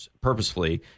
purposefully